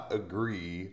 agree